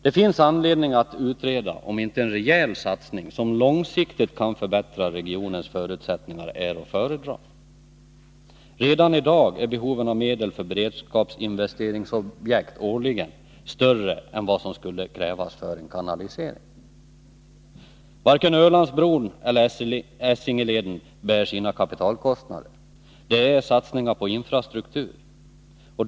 Det finns anledning att utreda om inte en rejäl satsning, som långsiktigt kan förbättra regionens förutsättningar, är att föredra. Redan i dag är behoven av medel för beredskapsinvesteringsobjekt årligen större än vad som skulle krävas för en kanalisering. Varken Ölandsbron eller Essingeleden bär sina kapitalkostnader. De är satsningar på infrastruktur.